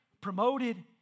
promoted